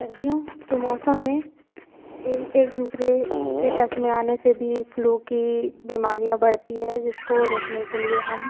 सर्दियों के मौसम में एक दूसरे के टच में आने से भी फ्लू की बीमारिया बढ़ती है जिसको रोकने के लिए हम